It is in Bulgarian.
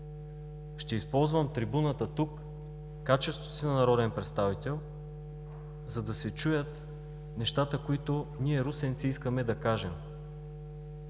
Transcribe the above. Ще използвам трибуната тук в качеството си на народен представител, за да се чуят нещата, които ние, русенци искаме да кажем.